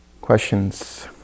Questions